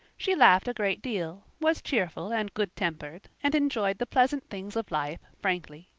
she laughed a great deal, was cheerful and good-tempered, and enjoyed the pleasant things of life frankly.